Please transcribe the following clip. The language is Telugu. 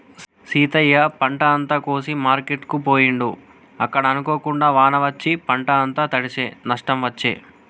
సీతయ్య పంట అంత కోసి మార్కెట్ కు పోయిండు అక్కడ అనుకోకుండా వాన వచ్చి పంట అంత తడిశె నష్టం వచ్చే